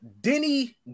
Denny